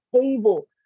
table